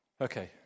Okay